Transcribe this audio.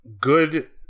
good